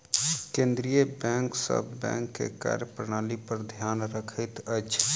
केंद्रीय बैंक सभ बैंक के कार्य प्रणाली पर ध्यान रखैत अछि